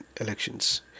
elections